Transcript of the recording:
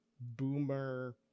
boomer